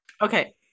Okay